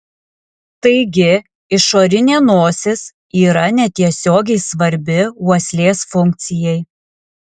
taigi išorinė nosis yra netiesiogiai svarbi uoslės funkcijai